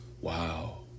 Wow